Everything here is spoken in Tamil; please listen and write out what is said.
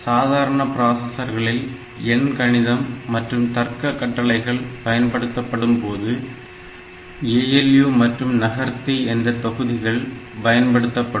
சாதாரண பிராசஸர்ளில் எண் கணிதம் மற்றும் தர்க்க கட்டளைகள் பயன்படுத்தப்படும்போது ALU மற்றும் நகர்த்தி என்ற தொகுதிகள் பயன்படுத்தப்படும்